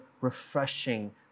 refreshing